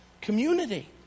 Community